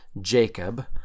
Jacob